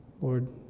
Lord